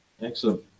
Excellent